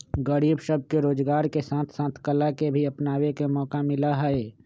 गरीब सब के रोजगार के साथ साथ कला के भी अपनावे के मौका मिला हई